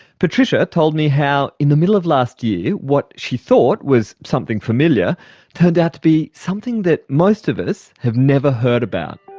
patricia told me how in the middle of last year what she thought was something familiar turned out to be something that most of us have never heard about.